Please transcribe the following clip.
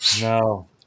No